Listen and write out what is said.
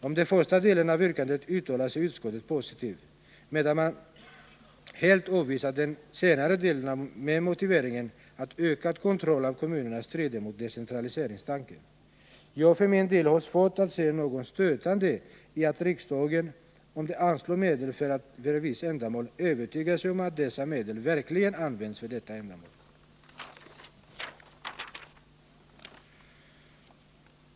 Om den första delen av yrkandet uttalar sig utskottet positivt, medan man helt avvisar den senare delen med motiveringen att ökad kontroll av kommunerna strider mot decentraliseringstanken. Jag för min del har svårt att se något stötande i att riksdagen, om den anslår medel för visst ändamål, övertygar sig om att dessa medel verkligen används för detta ändamål.